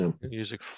Music